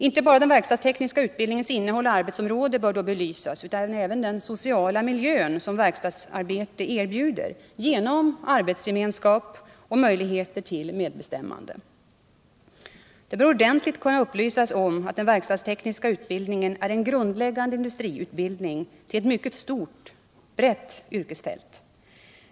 Inte bara den verkstadstekniska utbildningens innehåll och arbetsområde bör då belysas utan även den sociala miljö som verkstadsarbete erbjuder genom arbetsgemenskapen samt möjligheterna till medbestämmande. Det bör ordentligt kunna upplysas om att den verkstadstekniska utbildningen är en grundläggande industriutbildning till ett mycket brett yrkesfält.